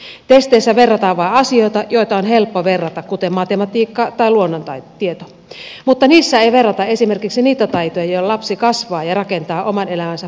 testeissä verrataan vain asioita joita on helppo verrata kuten matematiikkaa tai luonnontietoa mutta niissä ei verrata esimerkiksi niitä taitoja joilla lapsi kasvaa ja rakentaa oman elämänsä puitteet